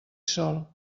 sol